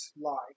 lie